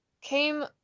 came